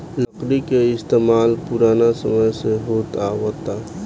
लकड़ी के इस्तमाल पुरान समय से होत आवता